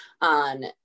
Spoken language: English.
on